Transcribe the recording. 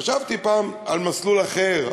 חשבתי פעם על מסלול אחר,